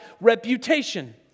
reputation